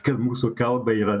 kad mūsų kalbai yra